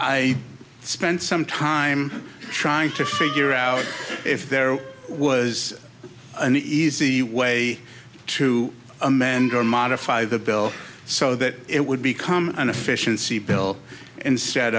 i spent some time trying to figure out if there was an easy way to amend or modify the bill so that it would become an efficiency bill